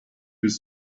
was